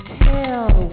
tell